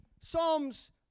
Psalms